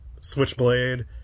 switchblade